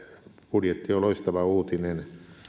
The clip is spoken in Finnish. budjetti on loistava uutinen